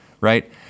Right